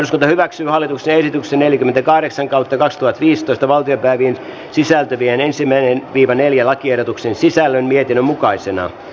sota hyväksy hallituksen yksi neljäkymmentäkahdeksan kaltevasta kiistatta valtiopäivien sisältyvien ensimmäinen live neljä lakiehdotuksen sisällöstä